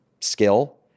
skill